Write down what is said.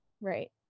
Right